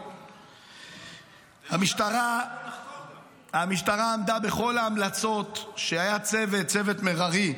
המשטרה עמדה בכל ההמלצות, היה צוות מררי,